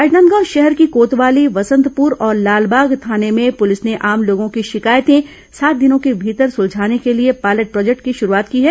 राजनादगांव शहर की कोतवाली बसंतपुर और लालबाग थाने में पुलिस ने आम लोगों की शिकायतें सात दिनों के मीतर सुलझाने के लिए पॉयलेट प्रोर्जेक्ट की शुरूआत की है